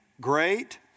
great